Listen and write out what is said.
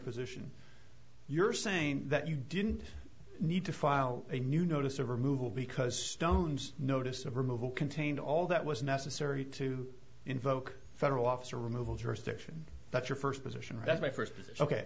position you're saying that you didn't need to file a new notice of removal because stones notice of removal contained all that was necessary to invoke a federal officer removal jurisdiction but your first position that's my first visit ok